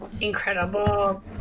incredible